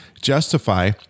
justify